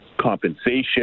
compensation